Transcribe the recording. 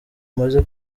umaze